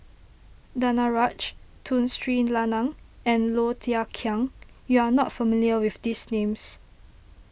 Danaraj Tun Sri Lanang and Low Thia Khiang you are not familiar with these names